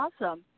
Awesome